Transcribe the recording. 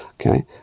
okay